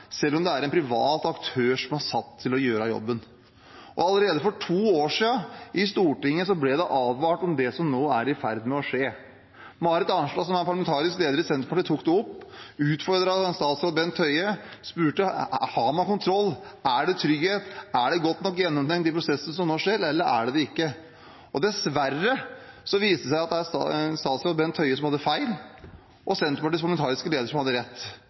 selv om det er en privat aktør som er satt til å gjøre jobben. Allerede for to år siden ble det i Stortinget advart om det som nå er i ferd med å skje. Marit Arnstad, som er parlamentarisk leder i Senterpartiet, tok det opp. Hun utfordret statsråd Bent Høie og spurte: Har man kontroll, er det trygt, er de godt nok gjennomtenkt, de prosessene som nå skjer, eller er de det ikke? Dessverre viste det seg at det var statsråd Bent Høie som tok feil, og Senterpartiets parlamentariske leder som hadde rett.